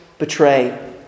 Betray